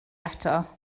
eto